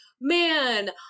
man